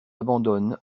abandonne